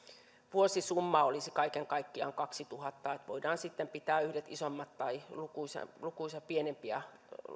vuosisumma olisi kaiken kaikkiaan kaksituhatta eli voidaan pitää yhdet isommat tai lukuisia lukuisia pienempiä